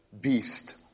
beast